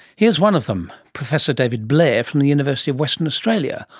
here's one of them, professor david blair from the university of western australia,